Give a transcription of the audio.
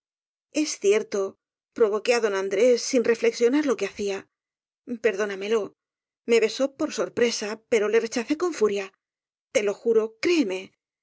es cierto provoqué á don andrés sin reflexionar lo que hacía perdónamelo me besó por sorpresa pero le rechacé con furia te lo juro créeme